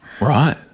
Right